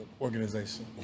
organization